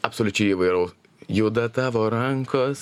absoliučiai įvairaus juda tavo rankos